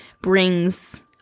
brings